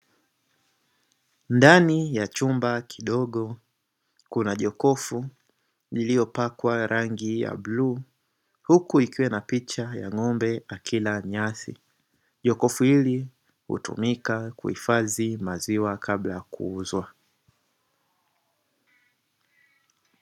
Ndani ya chumba kidogo kuna jokofu lililopakwa rangi ya bluu, huku ikiwa na picha ya ng'ombe akila nyasi, jokofu hili hutumika kuhifadhi maziwa kabla ya kuuzwa.